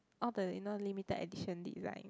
all the you know limited edition design